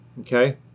okay